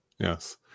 Yes